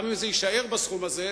גם אם זה יישאר בסכום הזה,